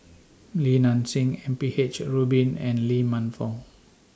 Li Nanxing M P H Rubin and Lee Man Fong